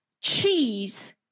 cheese